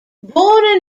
born